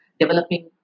developing